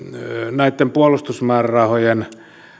näitten puolustusmäärärahojen